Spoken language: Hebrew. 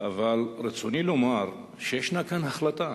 אבל רצוני לומר שישנה כאן החלטה